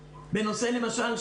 למשל,